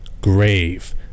grave